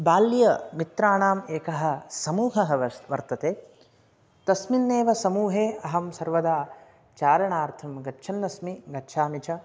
बाल्यमित्राणाम् एकः समूहः वसति वर्तते तस्मिन्नेव समूहे अहं सर्वदा चारणार्थं गच्छन्नस्मि गच्छामि च